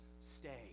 stay